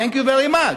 Thank you very much.